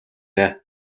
дээ